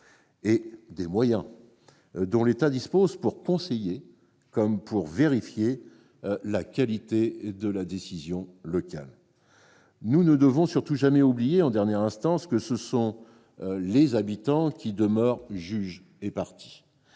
et des moyens dont l'État dispose pour conseiller comme pour vérifier la qualité de la décision locale. Nous ne devons surtout jamais oublier, en dernière instance, que les habitants demeurent juges et parties.